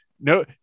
no